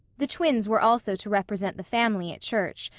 the twins were also to represent the family at church,